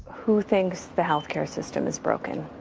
who thinks the health care system is broken?